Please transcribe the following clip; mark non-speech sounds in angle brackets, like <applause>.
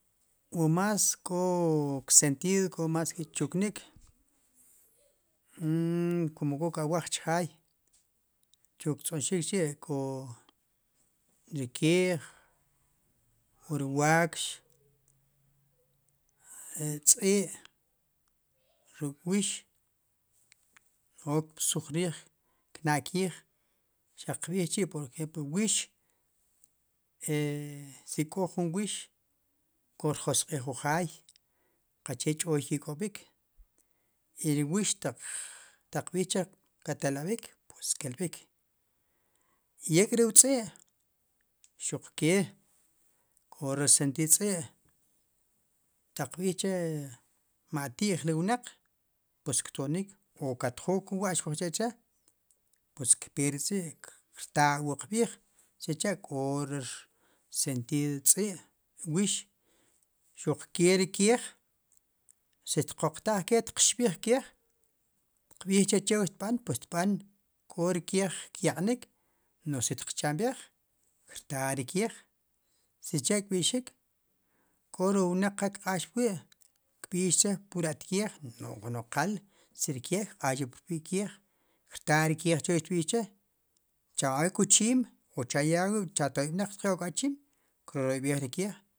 Umas kó sentitd k'o mas ki chuk'ni <hesitation> komo k'o ke awaj chijay chu tzonxikchi ri kej ri wax ri tz'i ruk'wix qnakij cha'qb'ijchi por ejmplo wix <hesitation> si ko jun wix korjosq'ij wu jay qache ch'oy ki kob'ik i ri wix taq qb'ichire katelab'ik pues kelb'ik i ak're wu tz'i xuqke kore rsentid tz'i taq qb'iche ma' tij li wna'q pues ktonik o kat jo kuwa kuschachre qatz peri re tz'i kirta wu qb'ij sicha kore rsentid tz'i wix xuq ke re kej si tq'otaj txib'ij kej tb'ichre che wu xbán pues xtb'an kjori kej kyaqnik nu' si tchamb'ej krta ri kej sicha kpixik kori wn'aq qa kq'ax pwi xb'ix chire pur at kej nu' qal si re kej kq'axre pur wi kej kirta ri kej che wu xb'x chire' cha ma b' ik wu chim cha ya awib' o katoybnaq xyok wua chin kroy ri kej